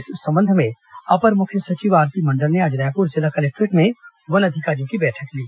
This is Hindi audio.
इस संबंध में अपर मुख्य सचिव आरपी मंडल ने आज रायपुर जिला कलेक्टोरेट में वन अधिकारियों की बैठक ली